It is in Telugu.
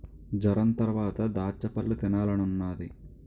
జొరంతరవాత దాచ్చపళ్ళు తినాలనున్నాది